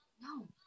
No